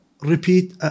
repeat